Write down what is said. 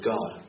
God